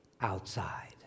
outside